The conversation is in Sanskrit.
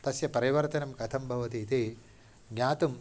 तस्य परिवर्तनं कथं भवतीति ज्ञातुं